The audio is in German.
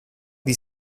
wie